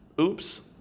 Oops